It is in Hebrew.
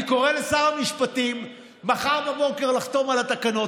אני קורא לשר המשפטים מחר בבוקר לחתום על התקנות